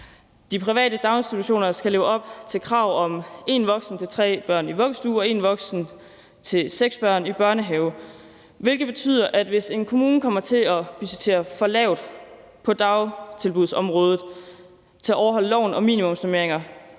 De private daginstitutioner skal leve op til krav om én voksen til tre børn i vuggestuer og én voksen til seks børn i børnehaver, hvilket betyder, at hvis en kommune kommer til at budgettere for lavt på dagtilbudsområdet til at overholde loven om minimumsnormeringer,